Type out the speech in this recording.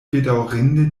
bedaŭrinde